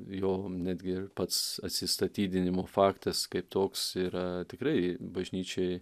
jo netgi pats atsistatydinimo faktas kaip toks yra tikrai bažnyčiai